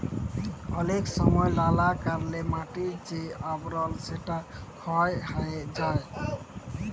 অলেক সময় লালা কারলে মাটির যে আবরল সেটা ক্ষয় হ্যয়ে যায়